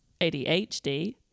ADHD